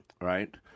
Right